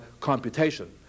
computation